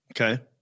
Okay